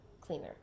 cleaner